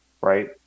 right